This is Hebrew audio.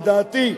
לדעתי,